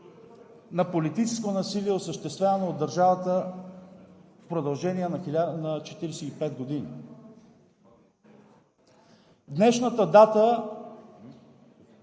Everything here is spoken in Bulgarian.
на политическо насилие, осъществявано от държавата в продължение на 45 години. Днешната дата